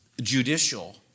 judicial